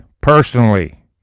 personally